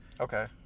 Okay